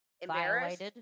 embarrassed